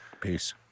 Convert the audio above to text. Peace